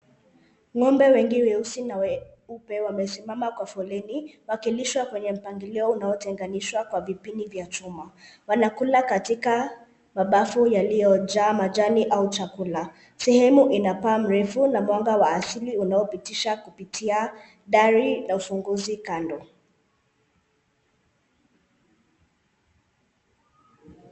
Ng'ombe wengi weusi na weupe wamesimama kwa foleni wakilishwa kwenye mpangilio unaotenganishwa kwa vipini vya chuma. Wanakula katika mabafu yaliyojaa majani au chakula. Sehemu ina paa mrefu na mwanga wa asili unaopitisha kupitia dari na ufunguzi kando.